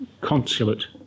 consulate